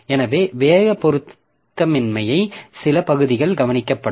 எனவே வேக பொருத்தமின்மையின் சில பகுதிகள் கவனிக்கப்படும்